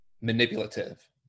manipulative